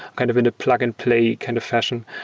kind of in a plug-and-play kind of fashion.